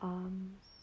arms